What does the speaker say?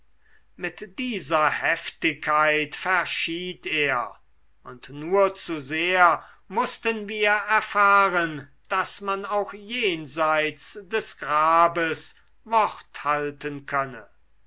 mit dieser heftigkeit verschied er und nur zu sehr mußten wir erfahren daß man auch jenseits des grabes wort halten könne